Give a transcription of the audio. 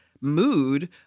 mood